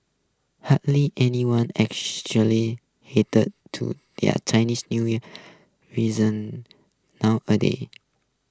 hardly anyone actually adheres to their Chinese New Year reason nowadays